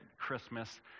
Christmas